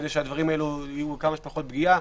כדי שתהיה כמה שפחות פגיעה.